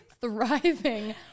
thriving